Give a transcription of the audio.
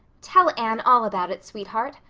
tell anne all about it, sweetheart.